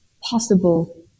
possible